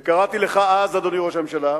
וקראתי לך אז, אדוני ראש הממשלה,